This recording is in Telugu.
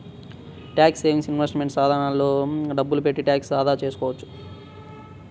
ట్యాక్స్ సేవింగ్ ఇన్వెస్ట్మెంట్ సాధనాల్లో డబ్బులు పెట్టి ట్యాక్స్ ఆదా చేసుకోవచ్చు